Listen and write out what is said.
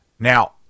Now